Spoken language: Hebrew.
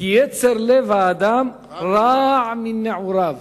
כי יצר לב האדם רע מנעוריו".